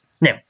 Now